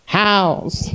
house